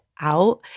out